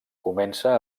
comença